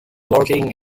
working